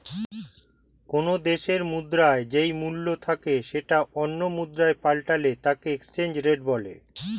কোনো দেশের মুদ্রার যেই মূল্য থাকে সেটা অন্য মুদ্রায় পাল্টালে তাকে এক্সচেঞ্জ রেট বলে